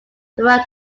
throughout